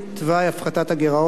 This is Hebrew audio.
התשע"ב 2012,